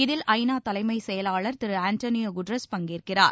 இதில் ஐ நா தலைமைச் செயலாளர் திரு ஆண்டோனியோ குட்ரஸ் பங்கேற்கிறார்